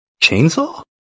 Chainsaw